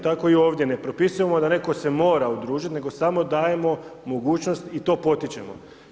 Tako i ovdje, ne propisujemo da neko se mora udružit nego samo dajemo mogućnost i to potičemo.